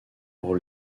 pour